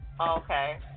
Okay